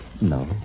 No